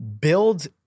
build